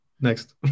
Next